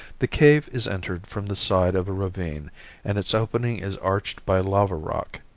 the cave is entered from the side of a ravine and its opening is arched by lava rock.